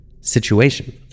situation